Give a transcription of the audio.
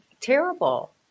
terrible